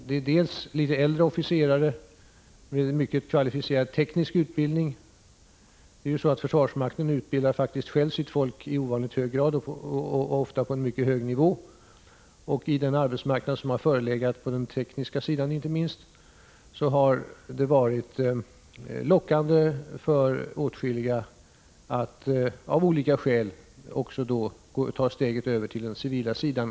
Det är bl.a. litet äldre officerare med en mycket kvalificerad teknisk utbildning — försvarsmakten utbildar faktiskt själv sitt folk i ovanligt hög grad och ofta på en mycket hög nivå. I den arbetsmarknad som har förelegat, inte minst på den tekniska sidan, har det varit lockande för åtskilliga att av olika skäl ta steget över till den civila sidan.